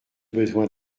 besoin